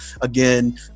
again